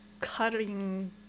cutting